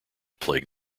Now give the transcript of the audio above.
plagued